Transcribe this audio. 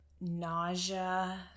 nausea